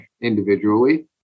individually